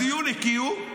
בדיון הגיעו,